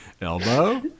Elbow